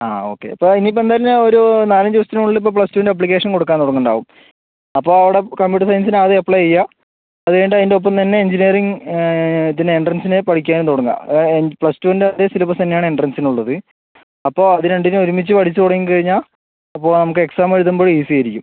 ആ ഓക്കേ അപ്പോൾ ഇനി ഇപ്പം എന്തായാലും ഞാൻ ഒരു നാലഞ്ച് ദിവസത്തിന് ഉള്ളിൽ പ്ലസ് ടൂന്റെ ആപ്പ്ളിക്കേഷൻ കൊടുക്കാൻ തുടങ്ങുന്നുണ്ടാവും അപ്പോൾ അവിടെ കമ്പ്യൂട്ടർ സയൻസിന് ആദ്യം അപ്ലൈ ചെയ്യുക അത് കഴിഞ്ഞിട്ട് അതിന്റെ ഒപ്പം തന്നെ എഞ്ചിനീയറിംഗ് ഇതിന് എൻട്രൻസിന് പഠിക്കാനും തുടങ്ങുക പ്ലസ് ടൂന്റെ അതേ സിലബസ് തന്നെയാണ് എൻട്രൻസിനും ഉള്ളത് അപ്പോൾ അത് രണ്ടിനും ഒരുമിച്ച് പഠിച്ച് തുടങ്ങി കഴിഞ്ഞാൽ അപ്പോൾ നമുക്ക് എക്സാം എഴുതുമ്പോൾ ഈസി ആയിരിക്കും